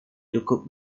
cukup